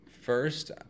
First